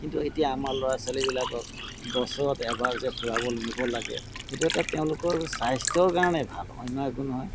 কিন্তু এতিয়া আমাৰ ল'ৰা ছোৱালীবিলাকক বছৰত এবাৰ যে ফুৰাবলৈ নিব লাগে সেইটো এটা তেওঁলোকৰ স্বাস্থ্যৰ কাৰণে ভাল অন্য একো নহয়